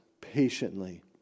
patiently